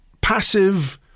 passive